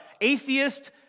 atheist